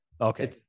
Okay